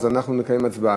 אז אנחנו נקיים הצבעה.